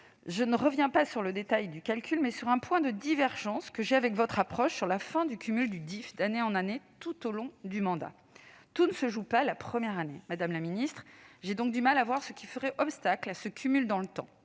Je ne reviendrai pas sur le détail du calcul, mais j'insisterai sur un point de divergence que j'ai avec votre approche sur la fin du cumul du DIFE d'année en année tout au long du mandat. Tout ne se joue pas la première année, madame la ministre. J'ai donc du mal à concevoir ce qui ferait obstacle à ce cumul dans le temps.